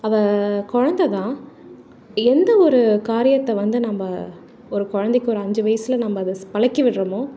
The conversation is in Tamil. அவள் குழந்ததான் எந்த ஒரு காரியத்தை வந்து நம்ப ஒரு குழந்தைக்கு ஒரு அஞ்சு வயசில் நம்ப அதை பழக்கி விடறோமோ